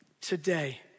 today